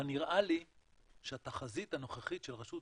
אבל נראה לי שהתחזית הנוכחית של רשות